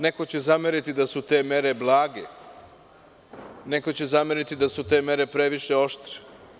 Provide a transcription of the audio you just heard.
Neko će možda zameriti da su te mere blage, neko će zameriti da su te mere previše oštre.